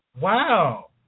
Wow